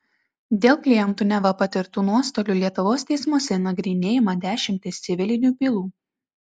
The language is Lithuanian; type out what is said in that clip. dėl klientų neva patirtų nuostolių lietuvos teismuose nagrinėjama dešimtys civilinių bylų